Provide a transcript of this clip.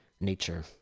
nature